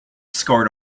scored